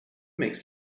makes